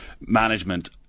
management